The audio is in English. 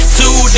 two